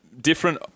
different